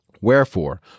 Wherefore